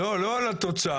לא, לא על התוצאה.